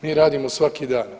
Mi radimo svaki dan.